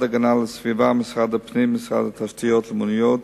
הסביבה, משרד הפנים, משרד התשתיות הלאומיות,